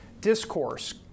discourse